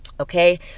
Okay